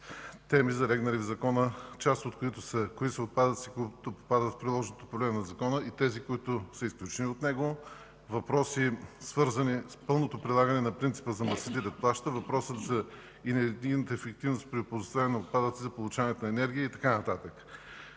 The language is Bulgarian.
теми, залегнали в Закона, част от които са отпадъците, които попадат в приложното поле на Закона и тези, които са изключени от него, въпроси, свързани с пълното прилагане на принципа „замърсителят да плаща”, въпросът за енергийната ефективност при оползотворяване на отпадъците за получаване на енергия и така